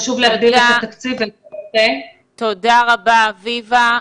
חשוב להגדיל את התקציב ו --- תודה רבה, אביבה.